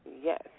Yes